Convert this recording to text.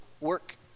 Work